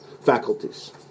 faculties